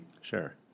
Sure